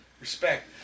Respect